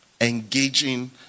engaging